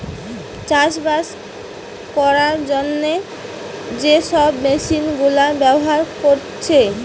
চাষবাস কোরার জন্যে যে সব মেশিন গুলা ব্যাভার কোরছে